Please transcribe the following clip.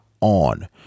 on